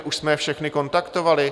Už jsme je všechny kontaktovali?